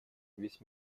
весь